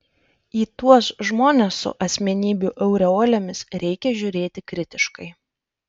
į tuos žmones su asmenybių aureolėmis reikia žiūrėti kritiškai